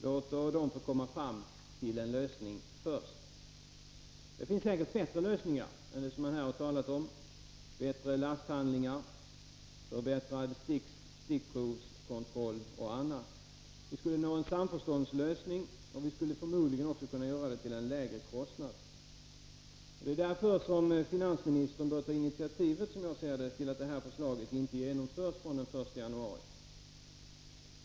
Låt dem komma fram till en lösning först. Det finns säkert bättre lösningar än de jag här har talat om — bättre lasthandlingar, förbättrad stickprovskontroll m.m. Vi skulle kunna nå en samförståndslösning, och vi skulle förmodligen kunna göra det till en lägre kostnad. Det är därför som finansministern bör ta initiativet till att detta förslag inte genomförs från den 1 januari.